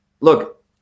Look